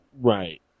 Right